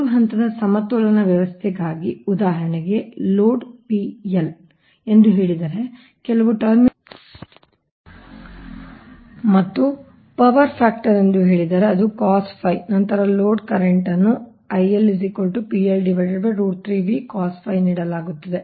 ಮೂರು ಹಂತದ ಸಮತೋಲನ ವ್ಯವಸ್ಥೆಗಾಗಿ ಉದಾಹರಣೆಗೆ ಲೋಡ್ ಎಂದು ಹೇಳಿದರೆ ಕೆಲವು ಟರ್ಮಿನಲ್ ವೋಲ್ಟೇಜ್ V ಮತ್ತು ಪವರ್ ಫ್ಯಾಕ್ಟರ್ ಎಂದು ಹೇಳಿದರೆ ಅದು ನಂತರ ಲೋಡ್ ಕರೆಂಟ್ ಅನ್ನು ನೀಡಲಾಗುತ್ತದೆ